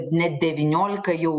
net devyniolika jau